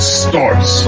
starts